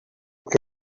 que